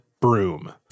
broom